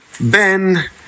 Ben